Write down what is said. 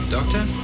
Doctor